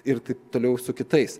ir toliau su kitais